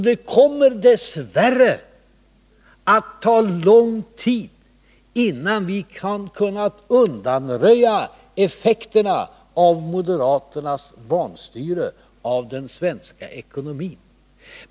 Det kommer dess värre att ta lång tid innan vi kunnat undanröja effekterna av moderaternas vanstyre av den svenska ekonomin.